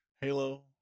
Halo